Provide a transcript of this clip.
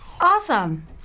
Awesome